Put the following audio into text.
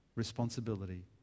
responsibility